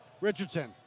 Richardson